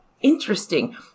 interesting